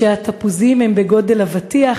שהתפוזים הם בגודל אבטיח,